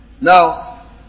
Now